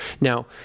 Now